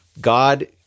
God